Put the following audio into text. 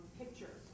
picture